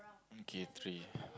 okay three